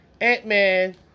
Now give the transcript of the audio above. Ant-Man